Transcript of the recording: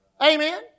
Amen